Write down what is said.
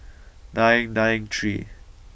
nine nine three